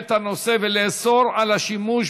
פיתוי גדול לעבור על החוק ולהסתבך